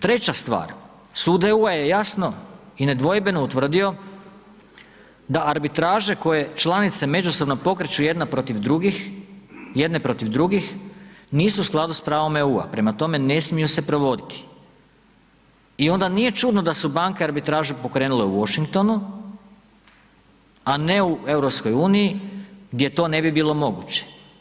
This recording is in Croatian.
Treća stvar, sud EU-a je jasno i nedvojbeno utvrdio da arbitraže koje članice međusobno pokreću jedna protiv drugih, jedne protiv drugih nisu u skladu s pravom EU-a, prema tome ne smiju se provoditi i onda nije čudno da su banke arbitraže pokrenule u Washingtonu, a ne u EU gdje to ne bi bilo moguće.